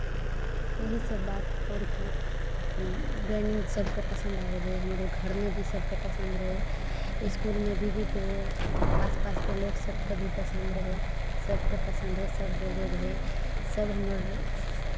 यहीसब बात आओर की ड्राइंग सभकेँ पसन्द आबै रहै हमरो घरमे भी सभकेँ पसन्द रहै इसकुलमे दीदीसभ रहै आसपासके लोक सबकेँ भी पसन्द रहै सबके पसन्द रहै सब बोलै रहै सब हमर